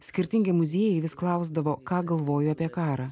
skirtingi muziejai vis klausdavo ką galvoju apie karą